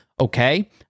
okay